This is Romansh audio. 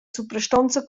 suprastonza